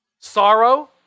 Sorrow